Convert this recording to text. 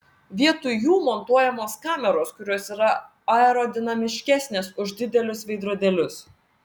vietoj jų montuojamos kameros kurios yra aerodinamiškesnės už didelius veidrodėlius